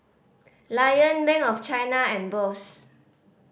Lion Bank of China and Bosch